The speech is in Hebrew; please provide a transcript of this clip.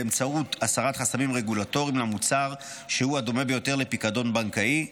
באמצעות הסרת חסמים רגולטוריים למוצר שהוא הדומה ביותר לפיקדון בנקאי,